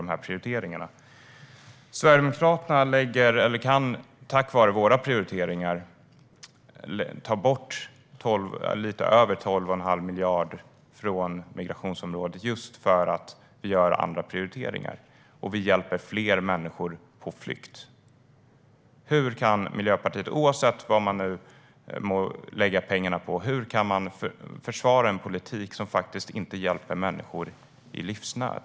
Vi i Sverigedemokraterna kan, tack vare våra prioriteringar, ta bort lite över 12 1⁄2 miljard från migrationsområdet. Ändå hjälper vi fler människor på flykt. Hur kan Miljöpartiet, oavsett vad man nu må lägga pengarna på, försvara en politik som inte hjälper människor i livsnöd?